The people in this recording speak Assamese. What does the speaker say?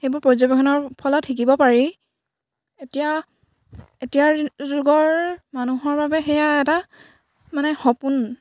সেইবোৰ পৰ্যবেক্ষণৰ ফলত শিকিব পাৰি এতিয়া এতিয়াৰ যুগৰ মানুহৰ বাবে সেয়া এটা মানে সপোন